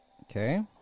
okay